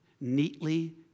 neatly